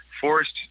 forced